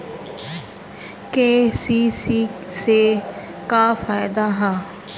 KCC से का फायदा ह?